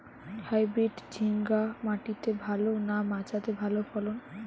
Hybrid ঝিঙ্গা মাটিতে ভালো না মাচাতে ভালো ফলন?